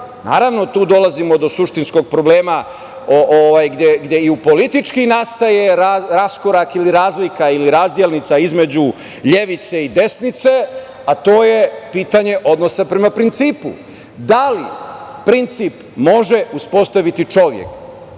Naravno, tu dolazimo do suštinskog problema gde i politički nastaje raskorak, razlika ili razdelnica između levice i desnice, a to je pitanje odnosa prema principu. Da li princip može uspostaviti čovek